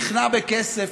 נכנע בכסף,